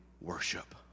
worship